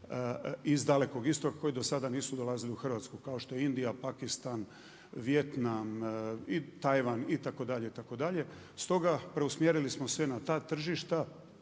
iz Dalekog Istoga koji do sada nisu dolazili u Hrvatsku kao što je Indija, Pakistan, Vijetnam, Tajvan itd., itd. stoga preusmjerili smo sve na ta tržišta.